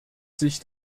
sich